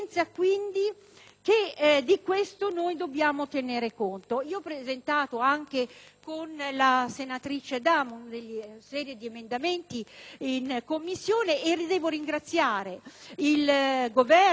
di questo noi dobbiamo tenere conto. Io ho presentato, con la senatrice Adamo, una serie di emendamenti in Commissione e devo ringraziare il Governo,